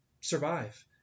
survive